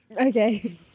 okay